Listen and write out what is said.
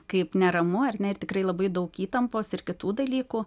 kaip neramu ar ne ir tikrai labai daug įtampos ir kitų dalykų